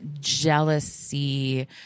jealousy